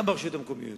גם ברשויות המקומיות.